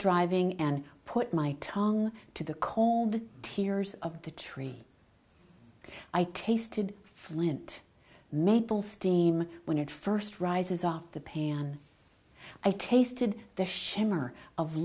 driving and put my tongue to the cold tears of the tree i tasted flint made full steam when it first rises off the pain on i tasted the shimmer of